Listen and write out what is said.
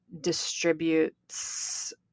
distributes